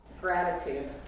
Gratitude